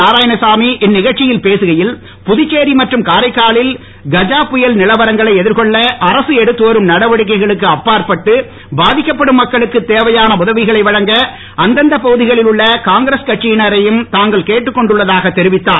நாராயணசாமி இந்நிழ்ச்சியில் பேசுகையில் புதுச்சேரி மற்றும் காரைக்காலில் கஜா புயல் நிலவரங்களை எதிர்கொள்ள அரசு எடுத்து வரும் நடவடிக்கைகளுக்கு அப்பாற்பட்டு பாதிக்கப்படும் மக்களுக்கு தேவையான உதவிகளை வழங்க அந்தந்த பகுதிகளில் உள்ள காங்கிரஸ் கட்சியினரையும் தாங்கள் கேட்டுக் கொண்டுள்ளதாக தெரிவித்தார்